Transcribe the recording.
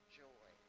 joy